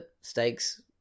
stakes